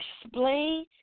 Explain